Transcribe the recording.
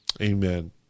amen